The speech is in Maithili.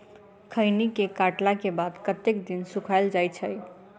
खैनी केँ काटला केँ बाद कतेक दिन सुखाइल जाय छैय?